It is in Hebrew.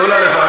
תנו לה לברך.